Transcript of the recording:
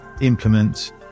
implement